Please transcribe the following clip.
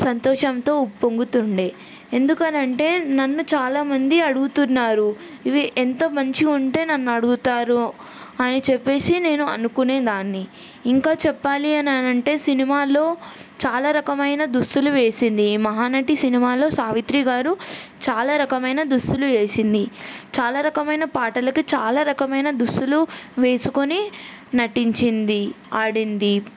సంతోషంతో ఉప్పొంగుతుండే ఎందుకని అంటే నన్ను చాలామంది అడుగుతున్నారు ఇవి ఎంత మంచిగా ఉంటే నన్ను అడుగుతారో అని చెప్పేసి నేను అనుకునే దాన్ని ఇంకా చెప్పాలి అని అనంటే సినిమాల్లో చాలా రకమైన దుస్తులు వేసింది మహానటి సినిమాలో సావిత్రి గారు చాలా రకమైన దుస్తులు వేసింది చాలా రకమైన పాటలకు చాలా రకమైన దుస్తులు వేసుకొని నటించింది ఆడింది